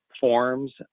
forms